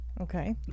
Okay